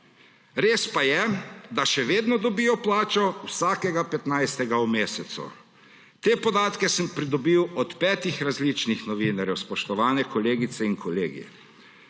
Res pa je, da še vedno dobijo plačo vsakega 15. v mesecu. Te podatke sem pridobil od petih različnih novinarjev, spoštovani kolegice in kolegi.